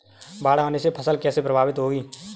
बाढ़ आने से फसल कैसे प्रभावित होगी?